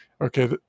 okay